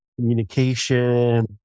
communication